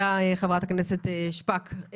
תודה, חברת הכנסת שפק.